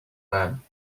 man